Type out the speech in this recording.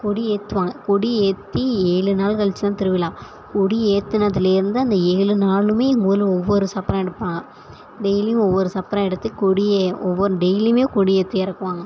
கொடி ஏற்றுவாங்க கொடி ஏற்றி ஏழு நாள் கழிச்சி தான் திருவிழா கொடி ஏற்றுனதுலேர்ந்து அந்த ஏழு நாளுமே எங்கள் ஊரில் ஒவ்வொரு சப்பரம் எடுப்பாங்க டெய்லியும் ஒவ்வொரு சப்பரம் எடுத்து கொடியை ஒவ்வொரு டெய்லியுமே கொடி ஏற்றி இறக்குவாங்க